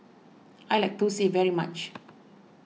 I like Thosai very much